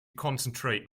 concentrate